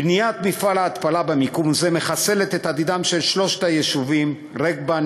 בניית מפעל ההתפלה במקום זה מחסלת את יכולתם של שלושת היישובים רגבה,